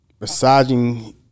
massaging